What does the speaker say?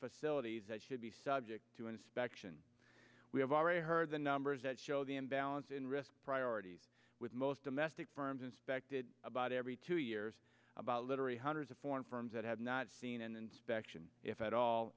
facilities that should be subject to inspection we have already heard the numbers that show the imbalance in risk priorities with most a messed it firms inspected about every two years about literally hundreds of foreign firms that have not seen an inspection if at all